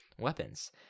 weapons